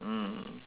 mm